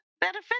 benefit